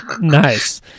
Nice